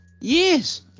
Yes